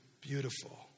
beautiful